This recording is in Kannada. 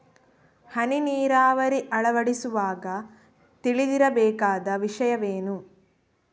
ಹನಿ ನೀರಾವರಿ ಅಳವಡಿಸುವಾಗ ತಿಳಿದಿರಬೇಕಾದ ವಿಷಯವೇನು?